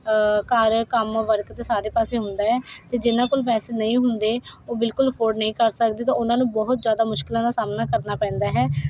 ਘਰ ਕੰਮ ਵਰਕ ਅਤੇ ਸਾਰੇ ਪਾਸੇ ਹੁੰਦਾ ਹੈ ਤਾਂ ਜਿਨ੍ਹਾਂ ਕੋਲ ਪੈਸੇ ਨਹੀਂ ਹੁੰਦੇ ਉਹ ਬਿਲਕੁਲ ਅਫੋਰਡ ਨਹੀਂ ਕਰ ਸਕਦੇ ਤਾਂ ਉਹਨਾਂ ਨੂੰ ਬਹੁਤ ਜ਼ਿਆਦਾ ਮੁਸ਼ਕਿਲਾਂ ਦਾ ਸਾਹਮਣਾ ਕਰਨਾ ਪੈਂਦਾ ਹੈ